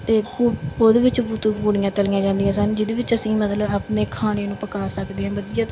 ਅਤੇ ਉਹ ਉਹਦੇ ਵਿੱਚ ਪੁਤ ਪੂੜੀਆਂ ਤਲੀਆਂ ਜਾਂਦੀਆਂ ਸਨ ਜਿਹਦੇ ਵਿੱਚ ਅਸੀਂ ਮਤਲਬ ਆਪਣੇ ਖਾਣੇ ਨੂੰ ਪਕਾ ਸਕਦੇ ਹਾਂ ਵਧੀਆ